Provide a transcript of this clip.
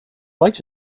liked